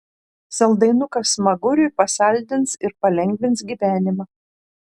saldainukas smaguriui pasaldins ir palengvins gyvenimą